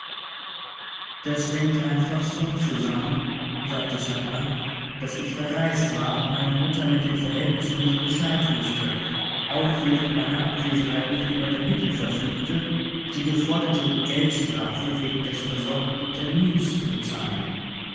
das hängt einfach so zusammen sagte saltner daß ich verreist war und meine mutter mit den verhältnissen nicht bescheid wußte auch während meiner abwesenheit nicht über die mittel verfügte die geforderte geldstrafe wegen des versäumten termins zu bezahlen